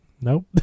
nope